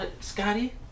Scotty